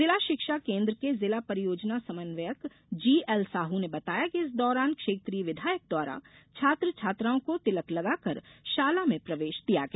जिला शिक्षा केन्द्र के जिला परियोजना समन्वयक जीएल साहू ने बताया कि इस दौरान क्षेत्रीय विधायक द्वारा छात्र छात्राओं को तिलक लगाकर शाला में प्रवेश दिया गया